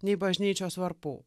nei bažnyčios varpų